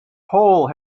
hole